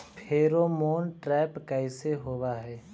Pheromone trap कैसे होब हई?